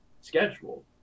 schedule